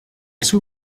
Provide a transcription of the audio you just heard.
seu